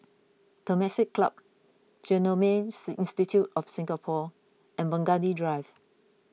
Temasek Club Genomes Institute of Singapore and Burgundy Drive